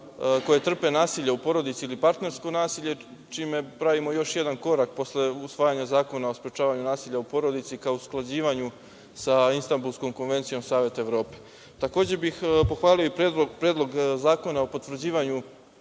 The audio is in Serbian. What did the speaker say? koje trpe nasilje u porodici i partnersko nasilje čime pravimo još jedan korak posle usvajanja Zakona o sprečavanju nasilja u porodici kao usklađivanju sa Istambulskom konvencijom Saveta Evrope. Pohvalio bih i Predlog zakona o potvrđivanju